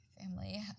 Family